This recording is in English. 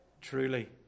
truly